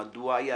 / מדוע ירד,